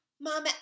Mama